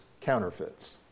counterfeits